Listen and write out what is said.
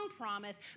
promise